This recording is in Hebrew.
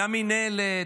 למינהלת,